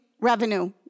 revenue